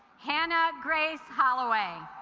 hannah grace holloway